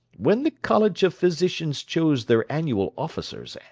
when the college of physicians chose their annual officers,